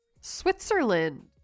Switzerland